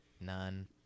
None